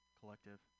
collective